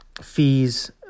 fees